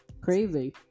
crazy